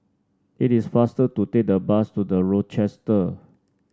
it is faster to take the bus to The Rochester